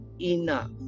enough